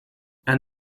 and